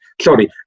sorry